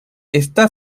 está